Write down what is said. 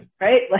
right